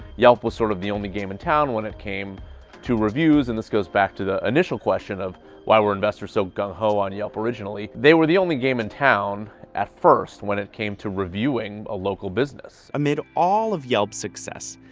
yelp was sort of the only game in town when it came to reviews. and this goes back to the initial question of why were investors so gung ho on yelp originally? they were the only game in town at first, when it came to reviewing a local business. amid all of yelp success,